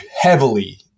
heavily